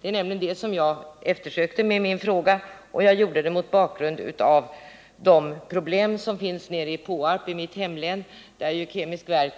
Det är just detta som jag avsåg med min fråga, som jag ställde mot bakgrunden av de problem man har i Påarp i mitt hemlän, där Kemisk Verk,